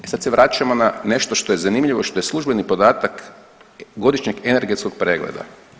I sad se vraćamo na nešto što je zanimljivo, što je službeni podatak godišnjeg energetskog pregleda.